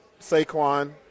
Saquon